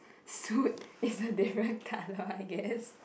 suit is a different colour I guess